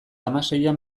hamaseian